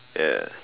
ya